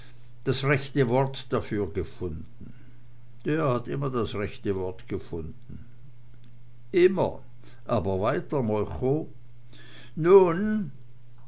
das rechte wort dafür gefunden der hat immer das rechte wort gefunden immer aber weiter molchow und als nun